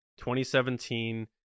2017